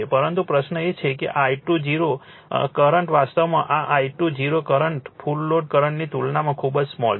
પરંતુ પ્રશ્ન એ છે કે આ I0 કરંટ વાસ્તવમાં આ I0 કરંટ ફુલ લોડ કરંટની તુલનામાં ખૂબ સ્મોલ છે